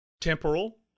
Temporal